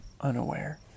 unaware